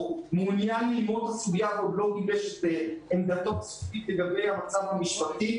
מעוניין ללמוד את הסוגיה הזאת ועוד לא גיבש את עמדתו באשר למצב המשפטי.